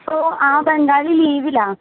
ഇപ്പോൾ ആ ബംഗാളി ലീവിലാണ്